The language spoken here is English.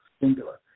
singular